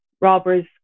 robbers